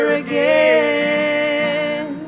again